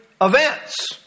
events